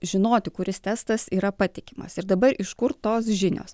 žinoti kuris testas yra patikimas ir dabar iš kur tos žinios